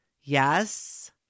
Yes